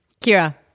Kira